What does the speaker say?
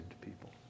people